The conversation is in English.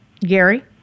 Gary